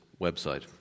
website